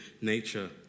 nature